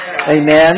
Amen